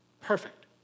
perfect